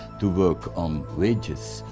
to work on wages,